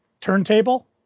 turntable